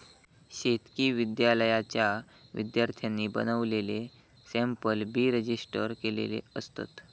शेतकी विद्यालयाच्या विद्यार्थ्यांनी बनवलेले सॅम्पल बी रजिस्टर केलेले असतत